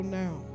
now